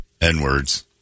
N-words